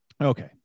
Okay